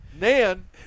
Nan